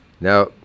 Now